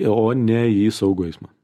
o ne į saugų eismą